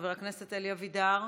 חבר הכנסת אלי אבידר,